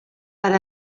per